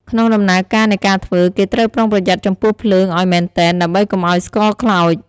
ក្នុងដំណើរការនៃការធ្វើ គេត្រូវប្រុងប្រយ័ត្នចំពោះភ្លើងឱ្យមែនទែន ដើម្បីកុំឱ្យស្ករខ្លោច។